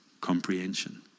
comprehension